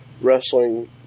wrestling